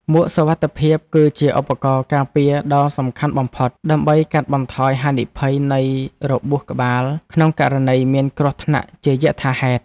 មួកសុវត្ថិភាព គឺជាឧបករណ៍ការពារដ៏សំខាន់បំផុត ដើម្បីកាត់បន្ថយហានិភ័យនៃរបួសក្បាលក្នុងករណីមានគ្រោះថ្នាក់ជាយថាហេតុ។